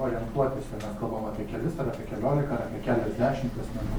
orientuotis ar mes kalbam apie kelis ar apie keliolika ar apie keliasdešimt asmenų